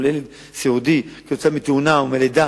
או לילד סיעודי בגלל תאונה או מלידה: